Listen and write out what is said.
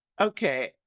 Okay